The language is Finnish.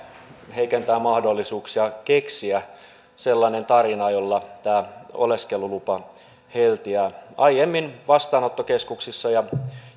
heikentää mahdollisuuksia keksiä sellainen tarina jolla tämä oleskelulupa heltiää aiemmin vastaanottokeskuksissa ja